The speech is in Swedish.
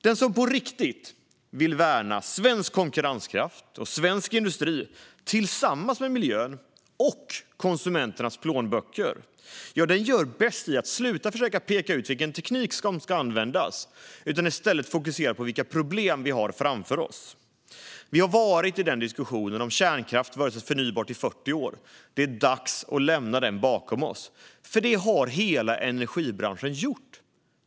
Den som på riktigt vill värna svensk konkurrenskraft och svensk industri, tillsammans med miljön och konsumenternas plånböcker, gör bäst i att sluta försöka peka ut vilken teknik som ska användas utan i stället fokusera på vilka problem som finns framför oss. Vi har haft diskussionen om kärnkraft versus förnybart i 40 år. Det är dags att lämna den bakom oss - det har hela energibranschen gjort.